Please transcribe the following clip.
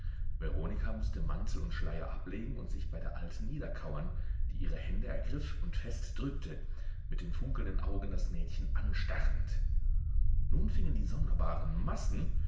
veronika mußte mantel und schleier ablegen und sich bei der alten niederkauern die ihre hände ergriff und fest drückte mit den funkelnden augen das mädchen anstarrend nun fingen die sonderbaren massen